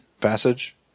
passage